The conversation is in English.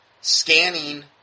scanning